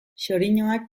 xoriñoak